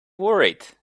worried